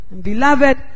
Beloved